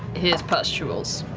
his pustules.